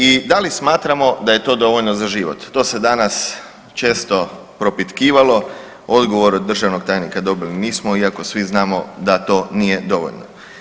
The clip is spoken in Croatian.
I da li smatramo da je to dovoljno za život, to se danas često propitkivalo, odgovor od državnog tajnika dobili nismo iako svi znamo da to nije dovoljno.